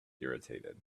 irritated